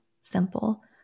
simple